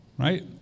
Right